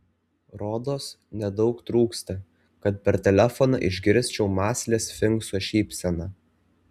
rodos nedaug trūksta kad per telefoną išgirsčiau mąslią sfinkso šypseną